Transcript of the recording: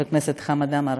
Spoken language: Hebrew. חבר הכנסת חמד עמאר,